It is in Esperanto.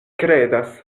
kredas